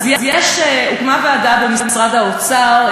אז הוקמה ועדה במשרד האוצר,